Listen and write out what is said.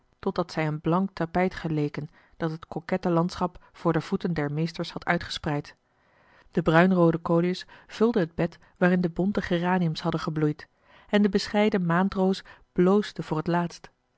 totdat zij een blank tapijt geleken dat het coquette landschap voor de voeten der meesters had uitgespreid de bruinroode coleus vulde het bed waarin de bonte geraniums hadden gebloeid en de bescheiden maandroos bloosde voor t laatst